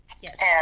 Yes